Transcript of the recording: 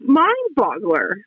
mind-boggler